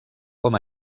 com